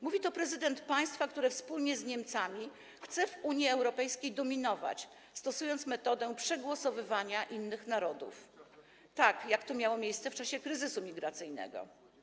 Mówi to prezydent państwa, które wspólnie z Niemcami chce w Unii Europejskiej dominować, stosując metodę przegłosowywania innych narodów, tak jak to miało miejsce w czasie kryzysu migracyjnego.